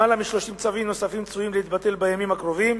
למעלה מ-30 צווים נוספים צפויים להתבטל בימים הקרובים.